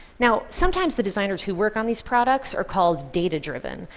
now, sometimes the designers who work on these products are called data-driven,